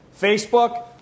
Facebook